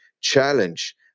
challenge